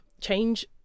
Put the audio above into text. change